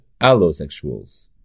allosexuals